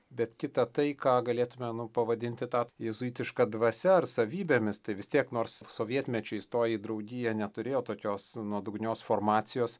bet kita tai ką galėtumėm pavadinti ta jėzuitiška dvasia ar savybėmis tai vis tiek nors sovietmečiu įstoję į draugiją neturėjo tokios nuodugnios formacijos